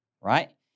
right